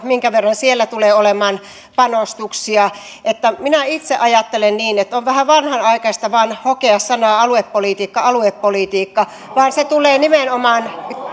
minkä verran siellä tulee olemaan panostuksia minä itse ajattelen niin että on vähän vanhanaikaista vain hokea aluepolitiikka aluepolitiikka vaan se tulee nimenomaan